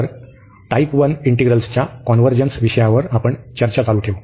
तर टाइप 1 इंटिग्रल्सच्या कॉन्व्हर्जन्स विषयावर आपण चर्चा चालू ठेवू